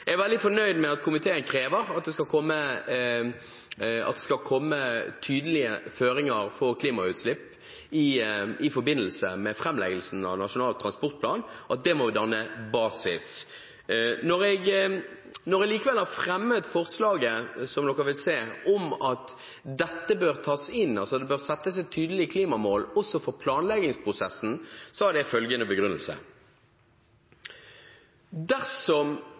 Jeg er veldig fornøyd med at komiteen krever at det skal komme tydelige føringer for klimautslipp i forbindelse med framleggelsen av Nasjonal transportplan, at det må danne basis. Når jeg likevel har fremmet forslaget – som dere vil se – om at dette bør tas inn, at det bør settes et tydelig klimamål også for planleggingsprosessen, har det følgende begrunnelse: Dersom